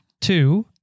Two